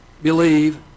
believe